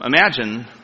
Imagine